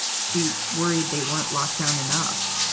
she worried they weren't locked down enough.